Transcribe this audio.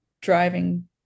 driving